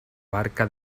barca